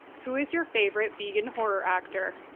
who is your favorite vegan horror actor?